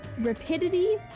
rapidity